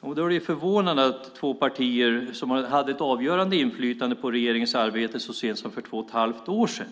Då är det förvånande att två partier, som hade ett avgörande inflytande på regeringens arbete så sent som för två och ett halvt år sedan,